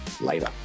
Later